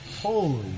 holy